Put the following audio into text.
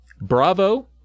Bravo